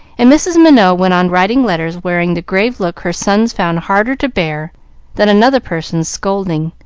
and mrs. minot went on writing letters, wearing the grave look her sons found harder to bear than another person's scolding.